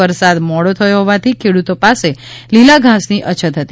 વરસાદ મોડો થયો હોવાથી ખેડૂતો પાસે લીલા ઘાંસની અછત હતી